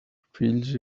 fills